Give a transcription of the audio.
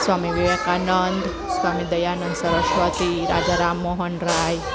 Swami Vivekanand Swami Dayanand Saraswati Raja Ram Mohan Roy